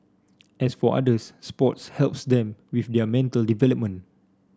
as for others sports helps them with their mental development